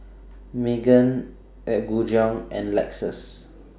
Megan Apgujeong and Lexus